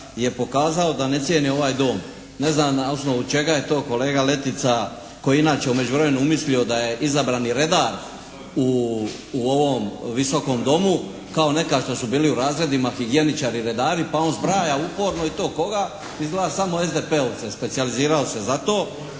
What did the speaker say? je pokazao da ne cijeni ovaj dom. Ne znam na osnovu čega je to kolega Letica koji je inače u međuvremenu umislio da je izabrani redar u ovom Visokom domu kao nekad što su bili u razredima higijeničari i redari pa on zbraja uporno i to koga, izgleda samo SDP-ovce, specijalizirao se za to.